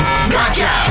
Gotcha